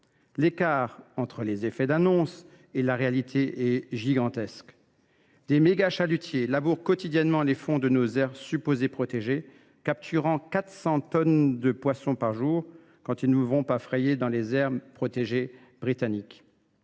l’écart entre les effets d’annonce et la réalité est gigantesque. Des méga chalutiers labourent quotidiennement les fonds de nos aires supposées protégées, capturant 400 tonnes de poissons par jour, quand ils ne vont pas frayer dans les aires protégées britanniques.